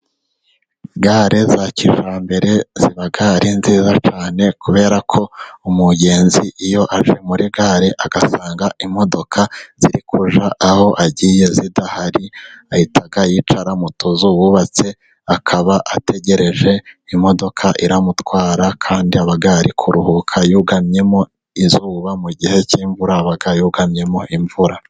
Gare za kijyambere ziba ari nziza cyane, kubera ko umugenzi iyo aje muri gare agasanga imodoka zirikujya aho agiye zidahari ahita yicara mutuzu bubatse, akaba ategereje imodoka iramutwara kandi aba ari kuruhuka yugamyemo izuba mu gihe cy'imvura aba yugamyemo imvura.